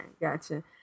gotcha